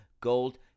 Gold